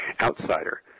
outsider